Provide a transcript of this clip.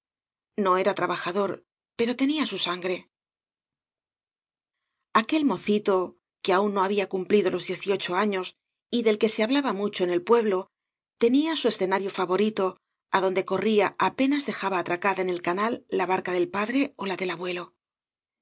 no era trabajador pero tenia su sangre aquel mocito que aun uo había cumplido los diez y ocho años y del que ee hablaba mucho en el pueblo tenía bu escenario favorito adonde corría apenas dejaba atracada en el canal la barca del padre ó la del abuelo